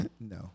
No